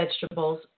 vegetables